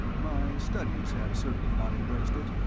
my studies have certainly not embraced it,